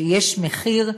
יש מחיר,